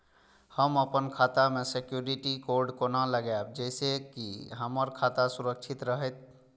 हम अपन खाता में सिक्युरिटी कोड केना लगाव जैसे के हमर खाता सुरक्षित रहैत?